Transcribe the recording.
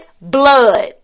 blood